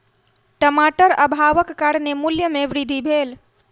टमाटर अभावक कारणेँ मूल्य में वृद्धि भेल